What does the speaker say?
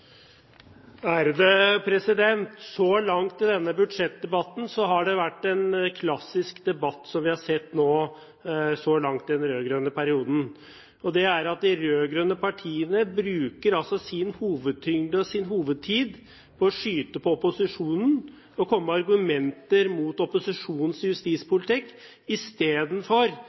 Så langt har denne budsjettdebatten vært en klassisk debatt som vi har sett dem i den rød-grønne perioden, nemlig at de rød-grønne partiene bruker hovedtyngden av sin taletid på å skyte på opposisjonen og komme med argumenter mot opposisjonens justispolitikk istedenfor